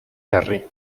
terri